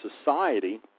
society